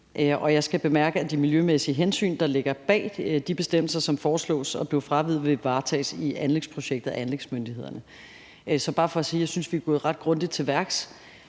Jeg skal bemærke, at de miljømæssige hensyn, der ligger bag de bestemmelser, som foreslås at blive fraveget, varetages i anlægsprojekter og af anlægsmyndighederne. Så jeg vil bare sige, at jeg synes, vi er gået ret grundigt til værks.